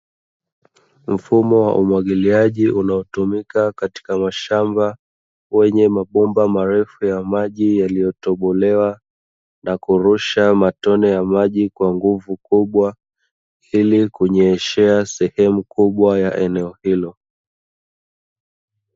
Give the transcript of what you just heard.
Mfumo wa umwagiliaji unaotumika katika mashamba kwenye mapumba marefu ya maji yaliyotobolewa na kurusha matone ya maji kwa nguvu kubwa ili kunyeshea, sehemu kubwa ya eneo hilo.